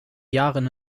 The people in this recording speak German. jahren